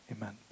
amen